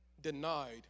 denied